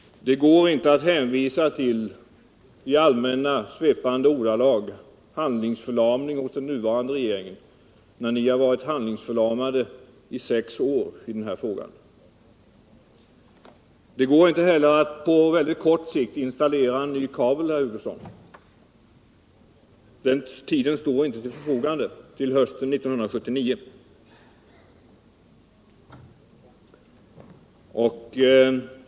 Det går inte att i allmänna svepande ordalag hänvisa till handlingsförlamning hos den nuvarande regeringen, när ni var handlingsförlamade i sex år vad gäller den här frågan. Det går inte heller att på kort sikt installera en ny kabel, herr Bengtsson. Den tiden står inte till förfogande, fristen går ut hösten 1979.